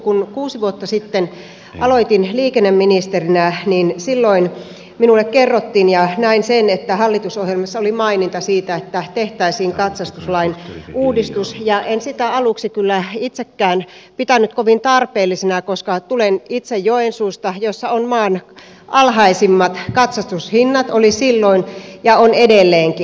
kun kuusi vuotta sitten aloitin liikenneministerinä niin silloin minulle kerrottiin ja näin sen että hallitusohjelmassa oli maininta siitä että tehtäisiin katsastuslain uudistus ja en sitä aluksi kyllä itsekään pitänyt kovin tarpeellisena koska tulen itse joensuusta jossa on maan alhaisimmat katsastushinnat oli silloin ja on edelleenkin